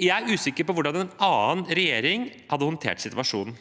Jeg er usikker på hvordan en annen regjering hadde håndtert situasjonen.